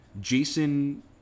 Jason